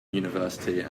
university